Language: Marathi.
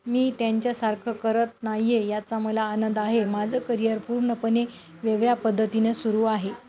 मी त्यांच्यासारखं करत नाही आहे याचा मला आनंद आहे माझं करियर पूर्णपणे वेगळ्या पद्धतीने सुरू आहे